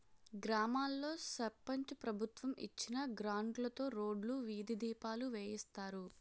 గ్రామాల్లో సర్పంచు ప్రభుత్వం ఇచ్చిన గ్రాంట్లుతో రోడ్లు, వీధి దీపాలు వేయిస్తారు